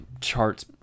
charts